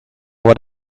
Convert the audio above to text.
what